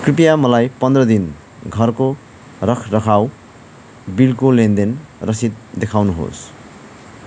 कृपया मलाई पन्ध्र दिन घरको रखरखाउ बिलको लेनदेन रसिद देखाउनुहोस्